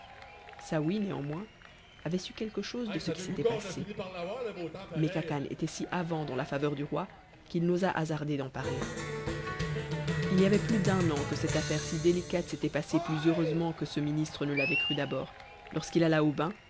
saouy néanmoins avait su quelque chose de ce i s'était passe mais khacan était si avant dans la faveur du roi qu'il n'osa hasarder d'en parler t v rvait plus d'un an que cette affaire si délicate s'était passée plus hcureuseinent que ce ministre ne l'avait cru d'abord lorsqu'il alla au bain